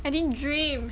I didn't dream